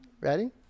Ready